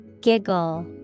Giggle